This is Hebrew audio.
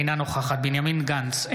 אינה נוכחת בנימין גנץ,